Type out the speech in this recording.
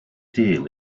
deal